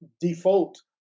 default